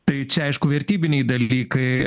tai čia aišku vertybiniai dalykai